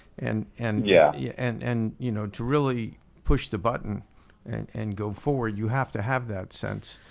and and yeah yeah and and you know to really push the button and go forward you have to have that sense.